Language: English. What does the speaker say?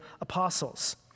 apostles